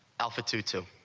alpha to, to